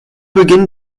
beginn